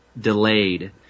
delayed